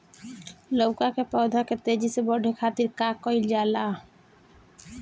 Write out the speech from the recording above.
लउका के पौधा के तेजी से बढ़े खातीर का कइल जाला?